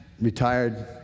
retired